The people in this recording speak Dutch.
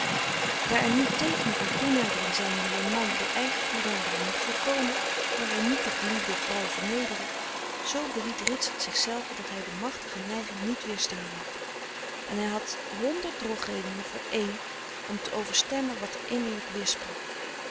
daar er nu teekenen van toenadering zijn die een man door eigen toenadering moet voorkomen wil hij frederik van eeden van de koele meren des doods niet de geliefde vrouw vernederen zoo beried ritsert zichzelve dat hij de machtige neiging niet weerstaan mocht en hij had honderd drogredenen voor één om te overstemmen wat er innerlijk